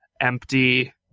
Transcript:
empty